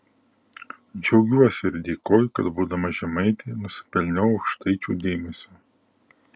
džiaugiuosi ir dėkoju kad būdama žemaitė nusipelniau aukštaičių dėmesio